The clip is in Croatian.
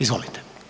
Izvolite.